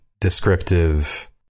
descriptive